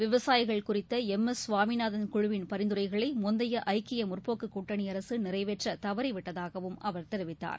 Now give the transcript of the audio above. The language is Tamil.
விவசாயிகள் குறித்த எம் எஸ் சுவாமிநாதன் குழுவின் பரிந்துரைகளை முந்தைய ஐக்கிய முற்போக்கு கூட்டணி அரசு நிறைவேற்ற தவறிவிட்டதாகவும் அவர் தெரிவித்தார்